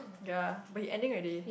ya but he ending already